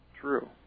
True